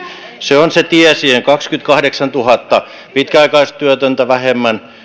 se on se tie siihen kaksikymmentäkahdeksantuhatta pitkäaikaistyötöntä vähemmän